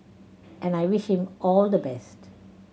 and I wish him all the best